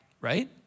right